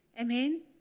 Amen